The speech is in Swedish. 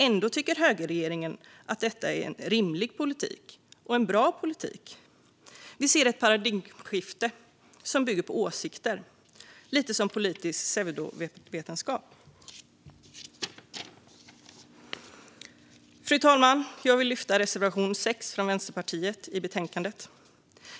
Ändå tycker högerregeringen att detta är en rimlig och bra politik. Vi ser ett paradigmskifte som bygger på åsikter, lite som politisk pseudovetenskap. Fru talman! Jag vill yrka bifall till reservation 6 från Vänsterpartiet i betänkandet.